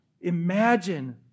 Imagine